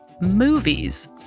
movies